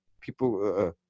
People